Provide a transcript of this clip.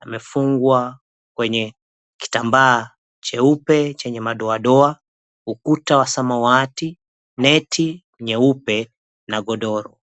amefungwa kwenye kitambaa cheupe chenye madoadoa, ukuta wa samawati, neti nyeupe na godoro.